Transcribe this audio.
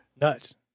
Nuts